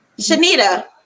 Shanita